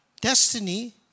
Destiny